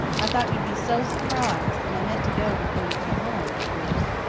i thought you'd be so surprised and i meant to go before you came home, of course.